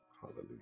Hallelujah